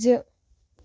زٕ